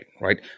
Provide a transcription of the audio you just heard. right